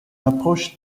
approche